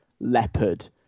leopard